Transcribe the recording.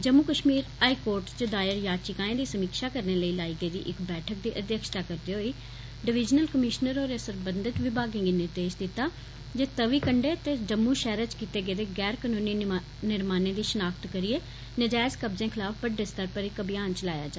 Jammu Kashmir high court च दायर याचिकाएं दी समीक्षा करने लेई लाई गेदी बैठक दी अध्यक्षता करदे होई डिवीजनल कमीशनर होरें सरबंधत विमागें गी निर्देश दित्ता जे तवी कंढै ते जम्मू शैह्र च कीते गेदे गैर कनूनी निर्माणें दी शनाख्त करियै कब्जें खलाफ बड्डे स्तर पर इक अभियान चलाया जा